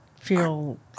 feel